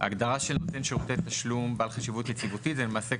ההגדרה של נותן שירותי תשלום בעל חשיבות יציבותית זה למעשה,